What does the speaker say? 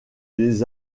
les